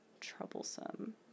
troublesome